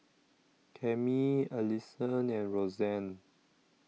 Cammie Allisson and Roxann